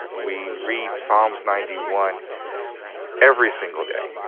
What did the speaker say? we read psalms ninety one every single day.